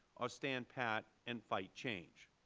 or stand pat and fight change.